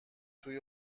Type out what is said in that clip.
توی